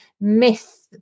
myth